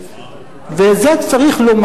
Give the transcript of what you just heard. ואת זה צריך לומר.